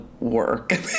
work